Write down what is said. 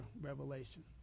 revelation